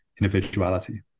individuality